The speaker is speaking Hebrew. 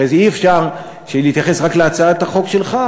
הרי אי-אפשר להתייחס רק להצעת החוק שלך,